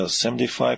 75%